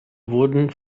wurden